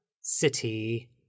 City